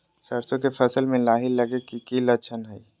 सरसों के फसल में लाही लगे कि लक्षण हय?